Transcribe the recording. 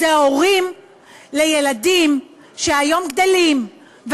אלה הורים לילדים שהיום גדלים,